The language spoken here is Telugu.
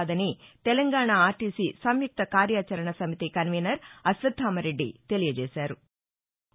కాదని తెలంగాణ ఆర్టీసీ సంయుక్త కార్యాచరణ సమితి కన్వీనర్ అశ్వత్దామరెడ్డి తెలియజేశారు